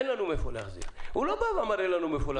אין לנו מאיפה להחזיר." הוא לא אמר שאין לנו מאיפה להחזיר.